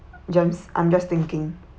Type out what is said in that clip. jems I'm just thinking